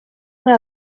una